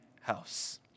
house